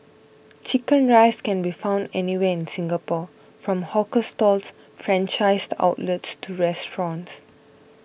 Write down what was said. Chicken Rice can be found anywhere in Singapore from hawker stalls franchised outlets to restaurants